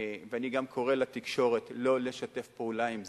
ואני גם קורא לתקשורת לא לשתף פעולה עם זה.